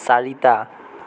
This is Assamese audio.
চাৰিটা